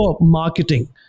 marketing